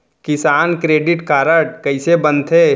किसान credit card कइसे बनथे?